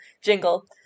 jingle